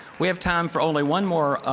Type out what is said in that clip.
we have time for only one more